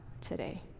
today